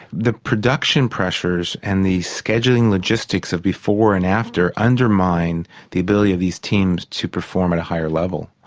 the production pressures and the scheduling logistics of before and after undermine the ability of these teams to perform at a higher level.